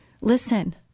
Listen